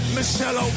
Michelle